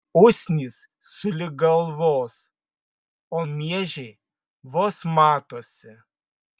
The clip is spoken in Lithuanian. usnys sulig galvos o miežiai vos matosi